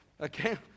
Okay